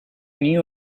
knew